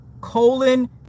colon